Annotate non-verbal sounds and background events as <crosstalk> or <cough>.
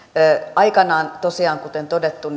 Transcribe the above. aikanaan tosiaan kuten todettu <unintelligible>